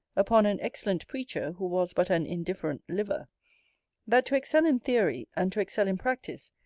upon an excellent preacher, who was but an indifferent liver that to excel in theory, and to excel in practice,